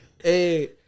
hey